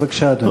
בבקשה, אדוני.